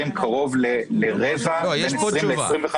שקרוב לרבע, בין 20%